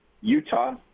Utah